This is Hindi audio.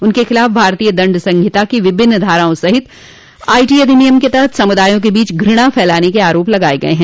उनके खिलाफ भारतीय दंड संहिता की विभिन्न धाराओं सहित आईटी अधिनियम के तहत समुदायों के बीच घृणा फैलाने के आरोप लगाए गए हैं